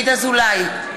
דוד אזולאי,